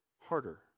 harder